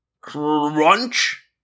Crunch